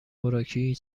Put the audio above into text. خوراکی